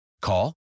Call